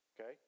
Okay